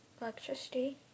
electricity